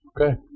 Okay